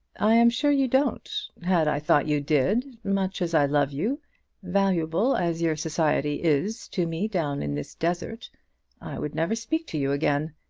i am sure you don't. had i thought you did, much as i love you valuable as your society is to me down in this desert i would never speak to you again.